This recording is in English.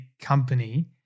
company